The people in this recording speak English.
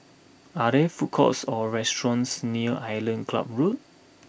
are there food courts or restaurants near Island Club Road